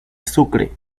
sucre